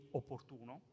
opportuno